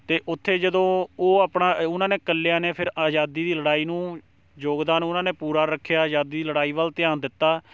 ਅਤੇ ਉੱਥੇ ਜਦੋਂ ਉਹ ਆਪਣਾ ਉਹਨਾਂ ਨੇ ਇਕੱਲਿਆਂ ਨੇ ਫਿਰ ਆਜ਼ਾਦੀ ਦੀ ਲੜਾਈ ਨੂੰ ਯੋਗਦਾਨ ਉਹਨਾਂ ਨੇ ਪੂਰਾ ਰੱਖਿਆ ਆਜ਼ਾਦੀ ਲੜਾਈ ਵੱਲ ਧਿਆਨ ਦਿੱਤਾ